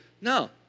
No